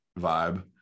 vibe